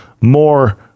more